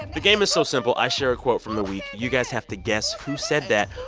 the game is so simple. i share a quote from the week. you guys have to guess who said that,